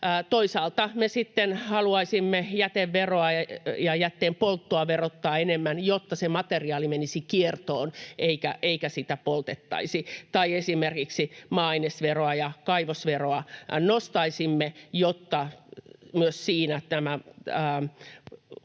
Toisaalta me sitten haluaisimme jäteveroa ja jätteenpolttoa verottaa enemmän, jotta se materiaali menisi kiertoon eikä sitä poltettaisi, tai esimerkiksi maa-ainesveroa ja kaivosveroa nostaisimme, jotta myös siinä tämän